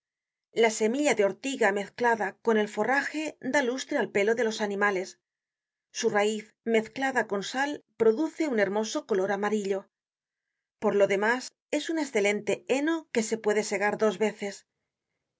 la semilla de ortiga mezclada con el forraje da lustre al pelo de los animales su raiz meclada con sal produce un hermoso color amarillo por lo demás es un escelente heno que se puede segar dos veces y